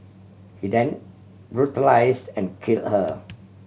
he then brutalise and kill her